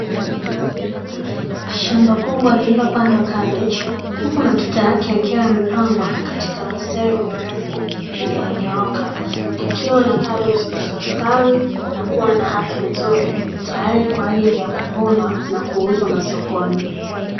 Shamba kubwa lililopandwa kabeji, huku matuta yake yakiwa yamepangwa katika mistari mirefu iliyonyooka, ikiwa na kabeji zilizostawi na kuwa na afya nzuri tayari kwa ajili ya kuvunwa na kuuzwa masokoni.